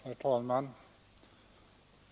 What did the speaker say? Herr talman!